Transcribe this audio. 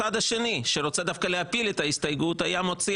הצד השני שרוצה דווקא להפיל את ההסתייגות היה מוציא